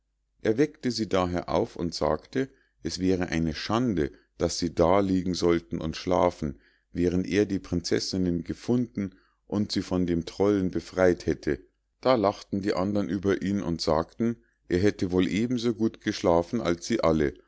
er weckte sie daher auf und sagte es wäre eine schande daß sie da liegen sollten und schlafen während er die prinzessinnen gefunden und sie von dem trollen befrei't hätte da lachten die andern über ihn und sagten er hätte wohl eben so gut geschlafen als sie alle